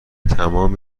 تموم